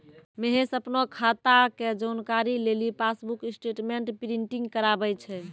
महेश अपनो खाता के जानकारी लेली पासबुक स्टेटमेंट प्रिंटिंग कराबै छै